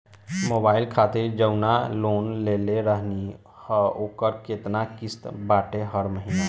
Mobile खातिर जाऊन loan लेले रहनी ह ओकर केतना किश्त बाटे हर महिना?